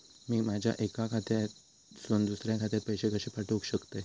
मी माझ्या एक्या खात्यासून दुसऱ्या खात्यात पैसे कशे पाठउक शकतय?